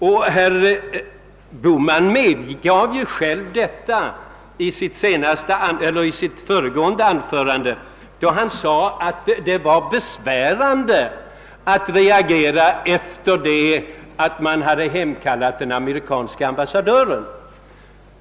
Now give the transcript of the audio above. Detta medgav ju även herr Bohman, då han sade att det var besvärande att reagera efter det att den amerikanske ambassadören hade hemkallats.